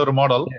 model